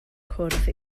cwrdd